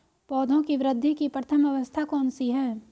पौधों की वृद्धि की प्रथम अवस्था कौन सी है?